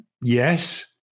yes